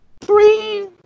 Three